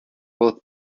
both